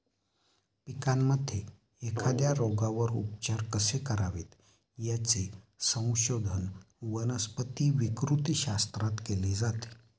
पिकांमध्ये एखाद्या रोगावर उपचार कसे करावेत, याचे संशोधन वनस्पती विकृतीशास्त्रात केले जाते